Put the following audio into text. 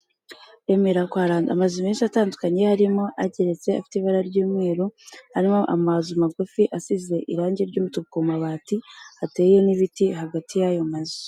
Remera kwa rando, amazu menshi, atandukanye harimo ageretse afite ibara ry'umweru, harimo amazu magufi asize irangi ry'umutuku, amabati ateye n'ibiti hagati y'ayo mazu.